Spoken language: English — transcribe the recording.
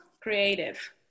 creative